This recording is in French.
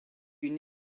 une